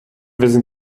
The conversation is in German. wissen